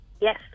Yes